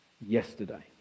yesterday